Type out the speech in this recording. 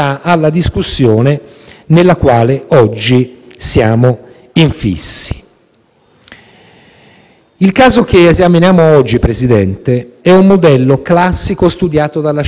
Il caso che esaminiamo oggi, signor Presidente, è un modello classico studiato dalla scienza della politica. È il problema che si pone ai movimenti populisti quando vanno al Governo.